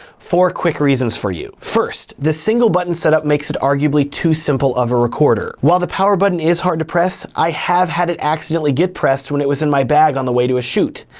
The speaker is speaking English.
four quick reasons for you first, the single button setup makes it arguably to simple of a recorder. while the power button is hard to press, i have had it accidentally get pressed when it was in my bag on the way to a shoot.